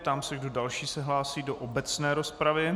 Ptám se, kdo další se hlásí do obecné rozpravy.